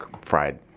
fried